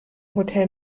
hotel